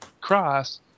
Cross